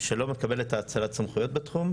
שלא מקבלת האצלת סמכויות בתחום,